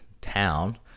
town